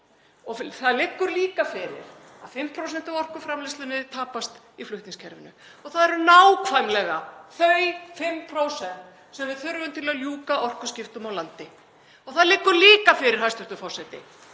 Það liggur líka fyrir að 5% af orkuframleiðslunni tapast í flutningskerfinu og það eru nákvæmlega þau 5% sem við þurfum til að ljúka orkuskiptum á landi. Það liggur líka fyrir, hæstv. forseti,